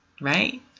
right